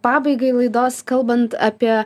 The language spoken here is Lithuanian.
pabaigai laidos kalbant apie